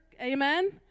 amen